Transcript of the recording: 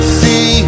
see